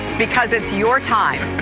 because it's your time,